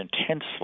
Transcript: intensely